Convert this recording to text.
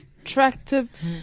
attractive